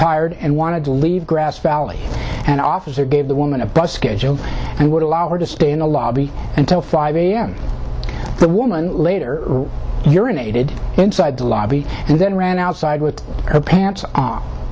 tired and wanted to leave grass valley and officer gave the woman a bus schedule and would allow her to stay in the lobby until five a m the woman later your unaided inside the lobby and then ran outside with her pants